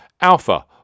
Alpha